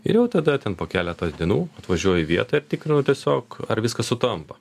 ir jau tada ten po keleto dienų atvažiuoju į vietą tikrinu tiesiog ar viskas sutampa